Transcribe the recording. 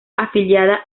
afiliada